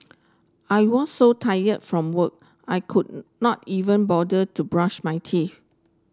I was so tired from work I could not even bother to brush my teeth